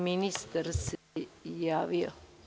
Ministar se javio.